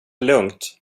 lugnt